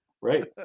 Right